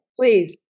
Please